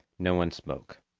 no one spoke.